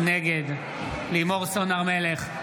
נגד לימור סון הר מלך,